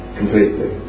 completely